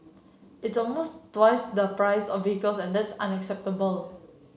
it's almost twice the price of vehicle and that's unacceptable